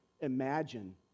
imagine